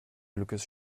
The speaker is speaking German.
glückes